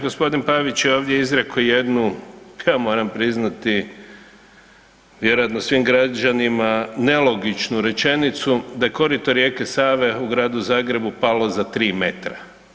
G. Pavić je ovdje izrekao jednu, ja moram priznati vjerojatno svim građanima nelogičnu rečenicu, da korito rijeke Save u Gradu Zagrebu palo tri metra.